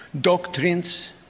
doctrines